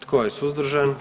Tko je suzdržan?